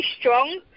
strong